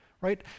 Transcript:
right